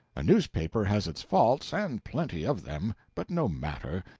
a newspaper has its faults, and plenty of them, but no matter,